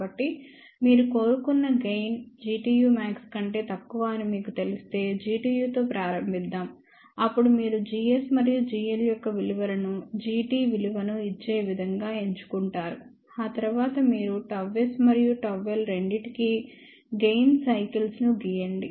కాబట్టి మీరు కోరుకున్న గెయిన్ Gtu max కంటే తక్కువ అని మీకు తెలిస్తేGtu తో ప్రారంభిద్దాం అప్పుడు మీరు gs మరియు gl యొక్క విలువను Gt విలువను ఇచ్చే విధంగా ఎంచుకుంటారుఆ తర్వాత మీరు ΓS మరియు ΓL రెండింటికీ గెయిన్ సైకిల్స్ ను గీయండి